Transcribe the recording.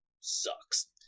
sucks